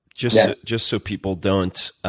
just ah just so people don't